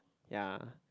ya